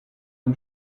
dem